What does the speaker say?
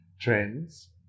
trends